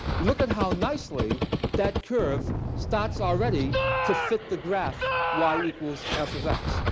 look at how nicely that curve starts already to fit the graph y equals f of x.